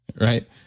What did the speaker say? right